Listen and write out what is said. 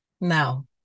Now